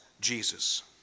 Jesus